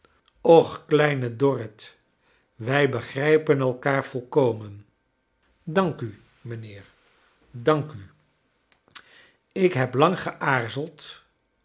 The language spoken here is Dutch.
och kleine dorrit wij begrijpen elkaar volkomen dank u mijnheer dank ul ik heb lang geaarzeld